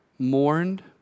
Mourned